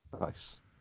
Nice